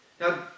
Now